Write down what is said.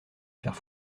faire